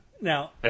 Now